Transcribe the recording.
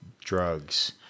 drugs